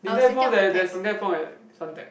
Din-Tai-Fung there there's Din-Tai-Fung at Suntec